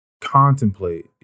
contemplate